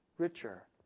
richer